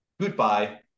goodbye